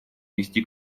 вести